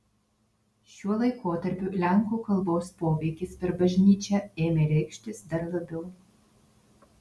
šiuo laikotarpiu lenkų kalbos poveikis per bažnyčią ėmė reikštis dar labiau